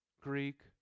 Greek